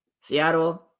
Seattle